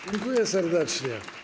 Dziękuję serdecznie.